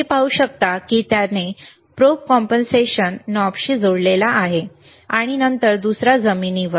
तुम्ही पाहू शकता की त्याने प्रोब कॉम्पेन्सेशन नॉबशी जोडला आहे आणि नंतर दुसरा जमिनीवर